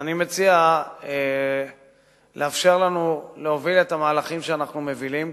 מציע לאפשר לנו להוביל את המהלכים שאנחנו מובילים,